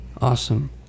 awesome